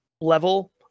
level